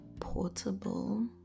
portable